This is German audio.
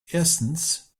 erstens